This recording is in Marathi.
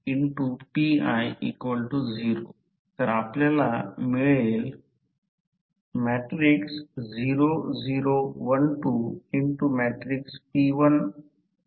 तर येथे लॉस आणि एकूण लॉस इतका आहे की I2 2 R1 परिमाण येथे I2 परिमाण R2 ही संपूर्ण तांबे लॉस ची वास्तविक शक्ती कमी होणे आहे